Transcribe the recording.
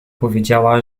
powiedziała